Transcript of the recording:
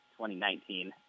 2019